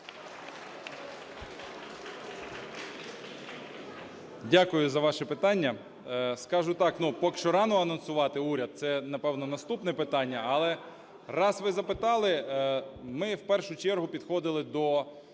Дякую за ваше питання. Скажу так, ну, поки що рано анонсувати уряд. Це, напевно, наступне питання. Але раз ви запитали, ми в першу чергу підходили до